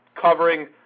covering